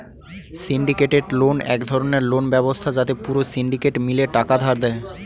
syndicated loan এক ধরণের loan ব্যবস্থা যাতে পুরো সিন্ডিকেট মিলে টাকা ধার দেয়